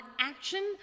action